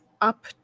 up